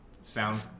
sound